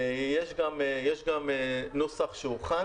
יש גם נוסח שהוכן